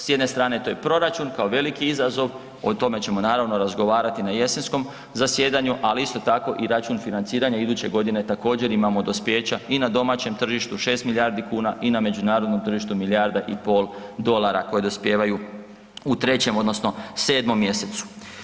S jedne strane to je proračun kao veliki izazov, o tome ćemo naravno razgovarati na jesenskom zasjedanju, ali isto tak i račun financiranja iduće godine također imamo dospijeća i na domaćem tržištu 6 milijardi kuna i na međunarodnom tržištu milijarda i pol dolara koje dospijevaju u 3. odnosno 7. mjesecu.